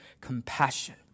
compassion